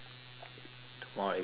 tomorrow evening with carell